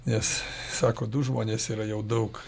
nes sako du žmonės yra jau daug